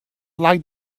like